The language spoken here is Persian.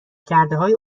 کردههای